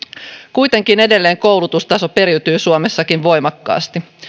kuitenkin edelleen koulutustaso periytyy suomessakin voimakkaasti